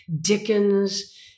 Dickens